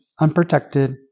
unprotected